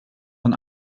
von